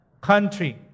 country